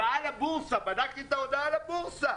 בדקתי את ההודעה לבורסה.